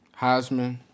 Heisman